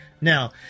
Now